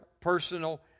personal